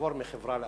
לעבור מחברה לאחרת?